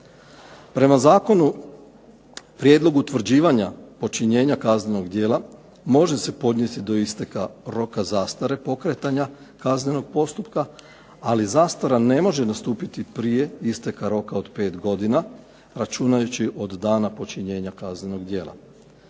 Prema zakonu, prijedlog utvrđivanja počinjenja kaznenog djela može se podnijeti do isteka roka zastare pokretanja kaznenog postupka ali zastara ne može nastupiti prije isteka roka od pet godina računajući od dana počinjenja kaznenog djela.